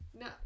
No